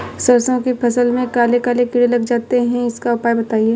सरसो की फसल में काले काले कीड़े लग जाते इसका उपाय बताएं?